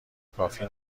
کافی